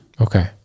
Okay